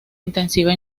intensiva